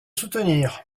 soutenir